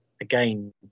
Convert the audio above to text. again